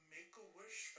Make-A-Wish